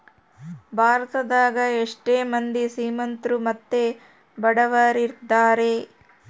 ಭಾರತದಗ ಎಷ್ಟ ಮಂದಿ ಶ್ರೀಮಂತ್ರು ಮತ್ತೆ ಬಡವರಿದ್ದಾರೆ?